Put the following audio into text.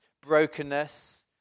brokenness